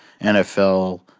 NFL